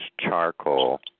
charcoal